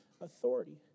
authority